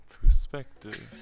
Perspective